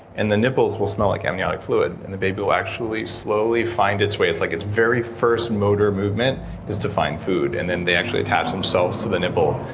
and the nipples will smell like amniotic fluid, and the baby will actually slowly find its way. it's like it's very first motor movement is to find food, and then they actually attach themselves to the nipple.